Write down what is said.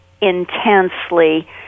intensely